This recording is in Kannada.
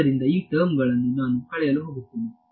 ಆದ್ದರಿಂದ ಈ ಟರ್ಮ್ ಗಳನ್ನು ನಾನು ಕಳೆಯಲು ಹೋಗುತ್ತೇನೆ